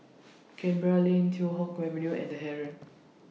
Canberra Lane Teow Hock Avenue and The Heeren